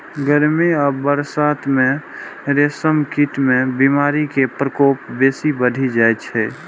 गर्मी आ बरसात मे रेशम कीट मे बीमारी के प्रकोप बेसी बढ़ि जाइ छै